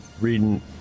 reading